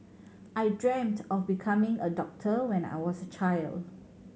I dreamt of becoming a doctor when I was a child